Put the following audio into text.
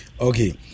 Okay